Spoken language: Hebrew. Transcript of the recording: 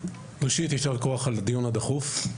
ראשית, ישר כוח על הדיון הדחוף.